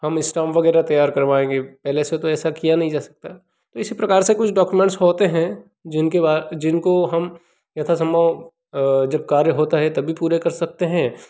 हम इस्टाम्प वगैरह तैयार करवाएँगे पहले से तो ऐसा किया नहीं जा सकता इसी प्रकार से कुछ डॉक्युमेंट्स होते हैं जिनके बाद जिनको हम यथा संभव जब कार्य होता है तभी पूरे कर सकते हैं